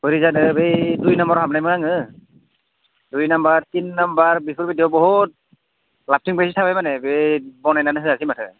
बोरै जानो बै दुइ नाम्बाराव हाबनायमोन आङो दुइ नामबार टिन नाम्बार बेफोरबायदियाव बहुद लाखिनानै थाबाय माने बे गनायनानै होआखै माथो